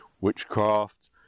witchcraft